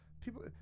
People